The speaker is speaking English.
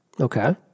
Okay